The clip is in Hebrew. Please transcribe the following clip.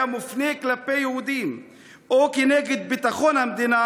מופנה כלפי יהודים או כנגד ביטחון המדינה,